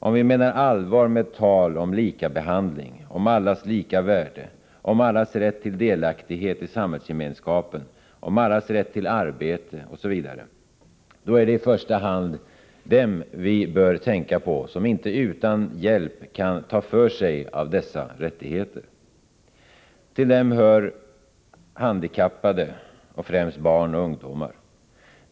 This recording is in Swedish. Om vi menar allvar med tal om likabehandling, om allas lika värde, om allas rätt till delaktighet i samhällsgemenskapen och om allas rätt till arbete, osv. — då är det i första hand dem vi bör tänka på som inte utan hjälp kan ta för sig av dessa rättigheter. Till dem hör handikappade, främst barn och ungdomar.